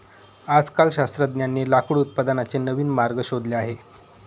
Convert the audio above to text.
आजकाल शास्त्रज्ञांनी लाकूड उत्पादनाचे नवीन मार्ग शोधले आहेत